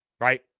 right